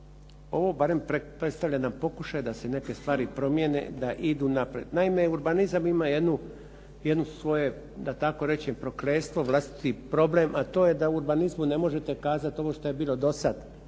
ovo barem predstavlja jedan pokušaj da se neke stvari promijene, da idu naprijed. Naime, urbanizam ima jedno svoje, da tako rečem, prokletstvo, vlastiti problem a to je da u urbanizmu ne možete kazat ono što je bilo do sad,